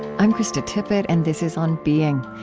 i'm krista tippett and this is on being.